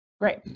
Great